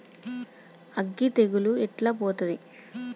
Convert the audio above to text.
అగ్గి తెగులు ఎట్లా పోతది?